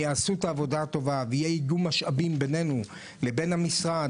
יעשו את העבודה הטובה וייעדו משאבים בינינו לבין המשרד,